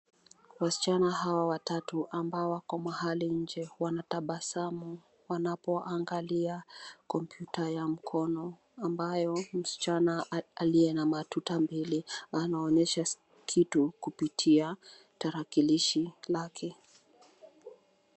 Wasichana hawa watatu ambao wako mahali nje wanatabasamu wanapoangalia kompyuta ya mkono ambaye msichana aliye na matuta mbele anaonyesha kitu kupitia tarakilishi lake.